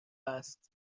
است